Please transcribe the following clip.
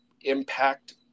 impact